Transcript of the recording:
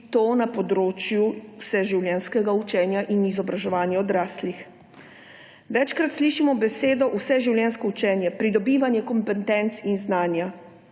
to na področju vseživljenjskega učenja in izobraževanja odraslih. Večkrat slišimo besedo vseživljenjsko učenje, pridobivanje kompetenc in znanja